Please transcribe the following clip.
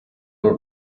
were